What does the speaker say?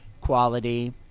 quality